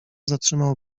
zatrzymał